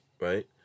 right